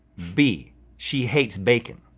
b she hates bacon.